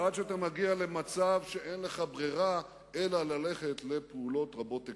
עד שאתה מגיע למצב שבו אין לך ברירה אלא ללכת לפעולות רחבות היקף.